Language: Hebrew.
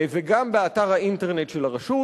וגם באתר האינטרנט של הרשות.